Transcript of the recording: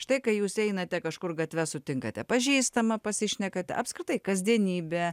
štai kai jūs einate kažkur gatve sutinkate pažįstamą pasišnekate apskritai kasdienybe